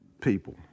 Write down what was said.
people